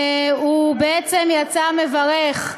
הוא בעצם יצא מברך.